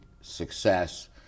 success